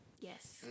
Yes